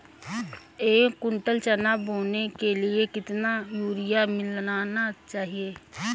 एक कुंटल चना बोने के लिए कितना यूरिया मिलाना चाहिये?